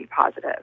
positive